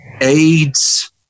AIDS